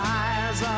eyes